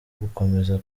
gukomeza